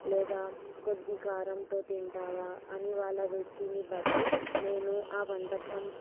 లేదా కొద్ది కారంతో తింటారా అని వాళ్ళ రుచిని బట్టి నేను ఆ వంటకం